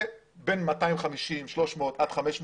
בין 300-250 מטרים עד 500 מטרים,